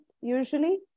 Usually